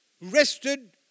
rested